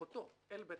אחותו אל בית